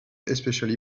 especially